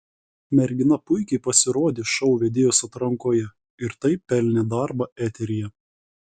mergina puikiai pasirodė šou vedėjos atrankoje ir taip pelnė darbą eteryje